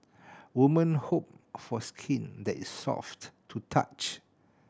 woman hope for skin that is soft to the touch